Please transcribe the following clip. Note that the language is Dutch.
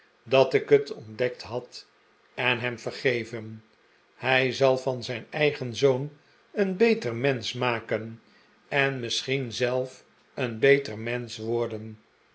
dat ik het ontdekt had en hem vergeven hij zal van zijn eigen zoon een beter mensch makeh en misschien zelf een beter mensch worden